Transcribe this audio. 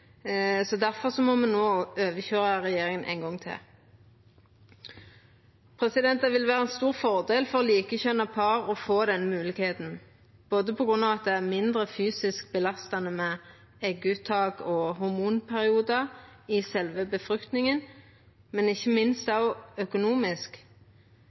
må me no overkøyra regjeringa ein gong til. Det vil vera ein stor fordel for likekjønna par å få denne moglegheita, både på grunn av at det er mindre fysisk belastande med egguttak og hormonperiode i sjølve befruktninga, og – ikkje minst